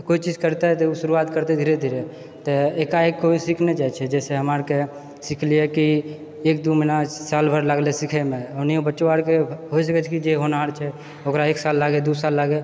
कोइ चीज करतेै शुरुआत करतेै धीरे धीरे तऽ एकाएक केओ सीख नहि जाए छेै जैसे हमरा आरके सिखलिऐ कि एक दू महीना सालभर लागलेै सीखयमे ओहिनाओ बच्चा आरके होइ सकैत छै जे होनहार छै ओकरा एक साल लागय दू साल लागय